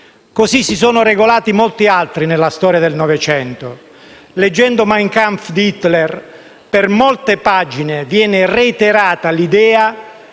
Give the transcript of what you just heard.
Così si sono regolati molti altri nella storia del Novecento. Nel «Mein Kampf» di Hitler, per molte pagine viene reiterata l'idea